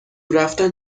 رفتن